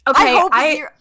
Okay